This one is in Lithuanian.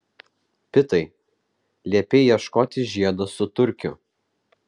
pitai liepei ieškoti žiedo su turkiu